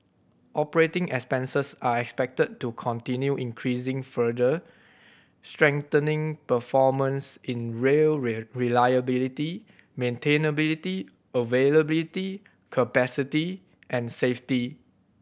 operating expenses are expected to continue increasing further strengthening performance in rail reliability maintainability availability capacity and safety